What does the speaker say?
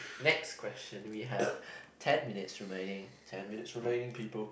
next question we have ten minutes remaining ten minutes remaining people